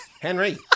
Henry